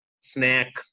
snack